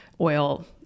oil